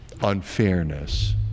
unfairness